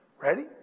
Ready